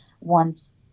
want